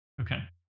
okay